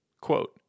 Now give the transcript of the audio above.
Quote